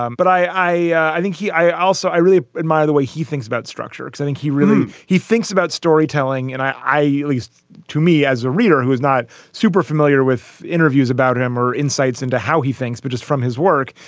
um but i i think he i also i really admire the way he thinks about structure. it's i think he really he thinks about storytelling. and i at least to me as a reader who is not super familiar with interviews about him or insights into how he thinks. but just from his work,